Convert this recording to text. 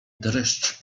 dreszcz